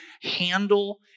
handle